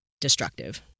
destructive